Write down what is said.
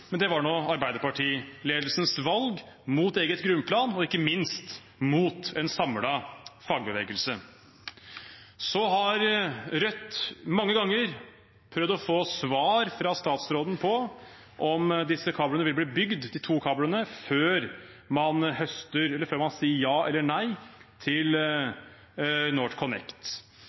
men det var Arbeiderparti-ledelsens valg mot eget grunnplan og ikke minst mot en samlet fagbevegelse. Rødt har mange ganger prøvd å få svar fra statsråden på om disse to kablene vil bli bygd før man sier ja eller nei til NorthConnect.